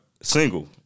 single